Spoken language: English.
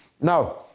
Now